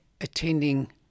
attending